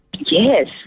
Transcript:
Yes